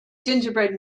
gingerbread